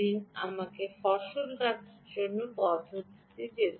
আমাকে ফসল কাটার অন্য পদ্ধতিতে যেতে দিন